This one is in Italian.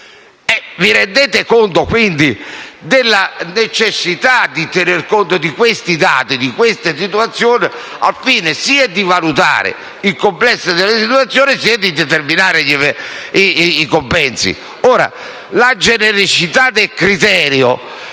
vi rendiate conto della necessità di tener conto di questi dati, di queste situazioni al fine sia di valutare il complesso della legislazione, che di determinare i compensi. Auspico che la genericità del criterio